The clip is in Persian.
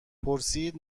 پرسید